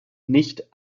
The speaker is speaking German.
nicht